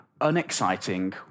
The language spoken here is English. unexciting